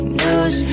news